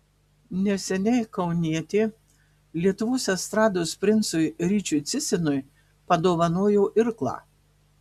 neseniai kaunietė lietuvos estrados princui ryčiui cicinui padovanojo irklą